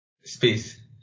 Space